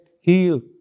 Heal